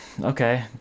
Okay